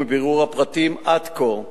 ומבירור הפרטים עד כה,